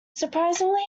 surprisingly